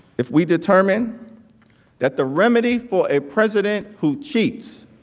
if we determine that the remedy for a president who cheats